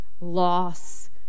loss